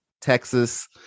Texas